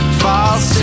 false